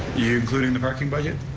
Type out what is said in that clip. you including the parking budget?